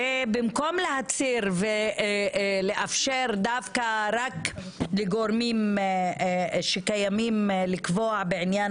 במקום להצהיר ולאפשר דווקא רק לגורמים שקיימים לקבוע בעניין